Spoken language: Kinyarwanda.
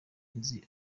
nzi